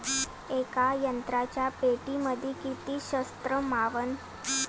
येका संत्र्याच्या पेटीमंदी किती संत्र मावन?